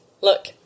Look